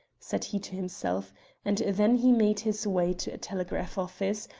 said he to himself and then he made his way to a telegraph office,